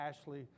Ashley